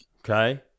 Okay